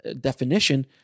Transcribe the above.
definition